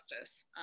justice